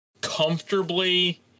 comfortably